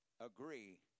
agree